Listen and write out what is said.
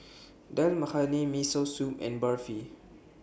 Dal Makhani Miso Soup and Barfi